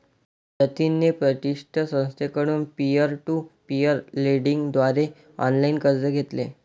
जतिनने प्रतिष्ठित संस्थेकडून पीअर टू पीअर लेंडिंग द्वारे ऑनलाइन कर्ज घेतले